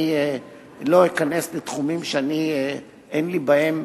אני לא אכנס לתחומים שאין לי בהם